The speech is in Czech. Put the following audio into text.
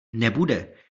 nebude